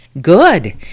Good